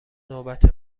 نوبت